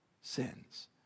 sins